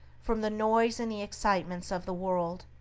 from the noise and the excitements of the world,